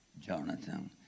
Jonathan